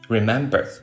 Remember